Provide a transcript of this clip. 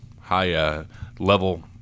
high-level